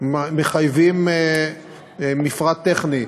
מחייבים מפרט טכני,